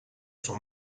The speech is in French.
son